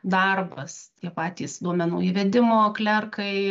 darbas tie patys duomenų įvedimo klerkai